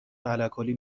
الکلی